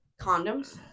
condoms